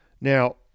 Now